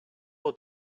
all